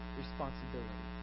responsibility